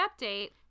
update